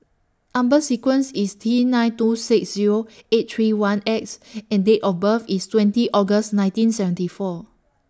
Number sequence IS T nine two six Zero eight three one X and Date of birth IS twenty August nineteen seventy four